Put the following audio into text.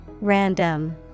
Random